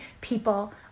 people